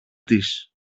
της